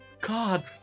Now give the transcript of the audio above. God